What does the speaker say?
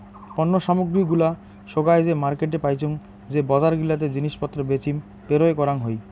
পণ্য সামগ্রী গুলা সোগায় যে মার্কেটে পাইচুঙ যে বজার গিলাতে জিনিস পত্র বেচিম পেরোয় করাং হই